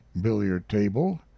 billiard-table